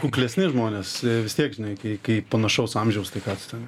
kuklesni žmonės vis tiek žinai kai kai panašaus amžiaus tai ką ten